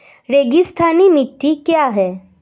रेगिस्तानी मिट्टी क्या है?